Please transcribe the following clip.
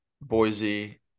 Boise